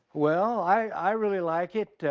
well, i really like it.